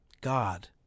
God